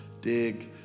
dig